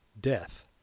Death